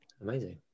Amazing